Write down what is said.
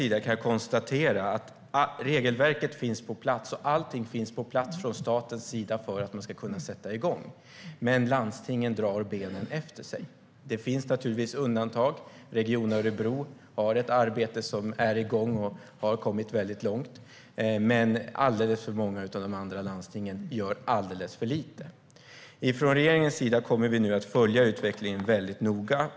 Jag kan konstatera att regelverket finns på plats och att allting finns på plats från statens sida för att man ska kunna sätta igång, men landstingen drar benen efter sig. Det finns naturligtvis undantag. Region Örebro har ett arbete som är igång och har kommit långt, men alldeles för många av de andra landstingen gör alldeles för lite. Från regeringens sida kommer vi nu att följa utvecklingen mycket noga.